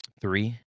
Three